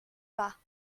pas